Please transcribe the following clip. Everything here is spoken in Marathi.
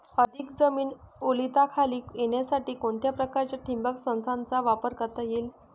अधिक जमीन ओलिताखाली येण्यासाठी कोणत्या प्रकारच्या ठिबक संचाचा वापर करता येईल?